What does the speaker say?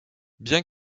bien